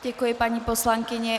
Děkuji paní poslankyni.